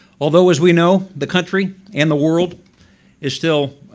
although as we know the country and the world is still